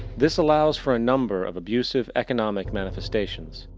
this allows for a number of abusive economic manifestations,